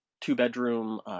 two-bedroom